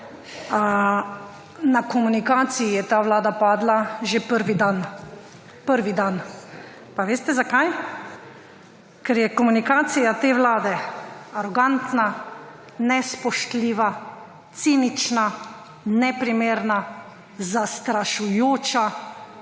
Na komunikaciji je ta vlada padla že prvi dan. Pa veste zakaj? Ker je komunikacija te vlade arogantna, nespoštljiva, cinična, neprimerna, zastrašujoča,